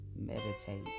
meditate